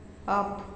off